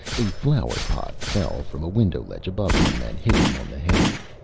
a flower pot fell from a window ledge above him, and hit him on the head.